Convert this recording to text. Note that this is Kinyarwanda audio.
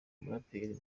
umuraperi